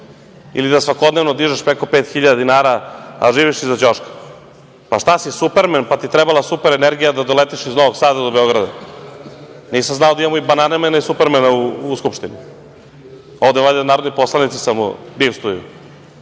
ili da svakodnevno dižeš preko 5.000 dinara, a živiš iza ćoška. Pa, šta si, Supermen, pa ti je trebala super energija da doletiš iz Novog Sada do Beograda? Nisam znao da imamo Bananamene i Supermene u Skupštini. Ovde valjda narodni poslanici samo bivstvuju.